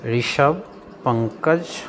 Rishabh Pankaj